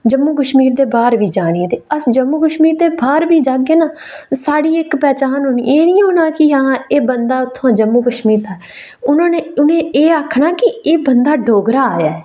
जम्मू कशमीर दे बाहर बी जानी ऐ अस जम्मू कशमीर दे बाहर बी जाह्गे ना साढ़ी इक पहचान होनी एह् नेईं है हून कि इक बंदा उत्थूं जम्मू कशमीर दा उनें एह् आखना कि बंदा डोगरा ऐ